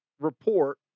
report